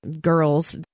girls